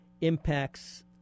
impacts